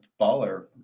baller